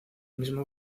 mismo